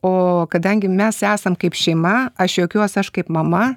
o kadangi mes esam kaip šeima aš juokiuos aš kaip mama